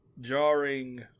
jarring